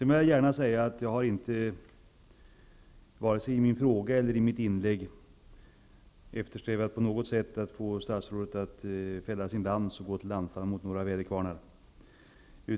Jag vill gärna säga att jag inte vare sig i min fråga eller i mitt inlägg på något sätt eftersträvat att få statsrådet att fälla sin lans och gå till anfall mot några väderkvarnar.